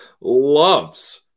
loves